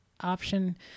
Option